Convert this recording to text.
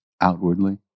outwardly